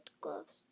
gloves